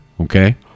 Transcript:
Okay